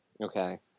okay